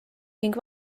ning